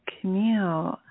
Camille